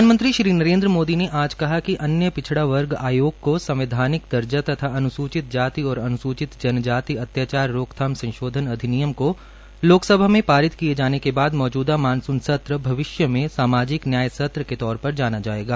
प्रधानमंत्री श्री नरेन्द्र मोदी ने आज कहा है िक अन्य पिछड़ा वर्ग आयोग को संवैधानिक दर्जा तथा अन्सूचित आरै अन्सूचित जनजाति अत्याचार रोकथाम संशोधन अधिनियम को लोकसभा में पारित किए जाने के बाद मौजूदा मानसून सत्र में सामाजिक न्याय सत्र के तौर पर जाना जाएगा